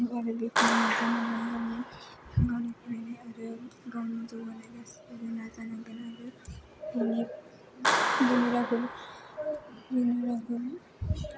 नाजानांगोन गावनि फरायनाय आरो गावनि जौगानाय गासिखौबो नाजानांगोन आरो बर'नि बर'नि रावखौबो